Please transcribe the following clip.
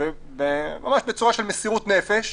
ממש בצורה של מסירות נפש.